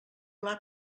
pla